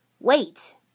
Wait